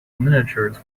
miniatures